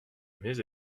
mes